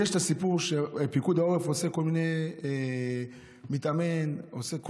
יש את הסיפור שפיקוד העורף מתאמן, עושה כוננות,